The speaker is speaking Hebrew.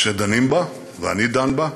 שדנים בה, ואני דן בה,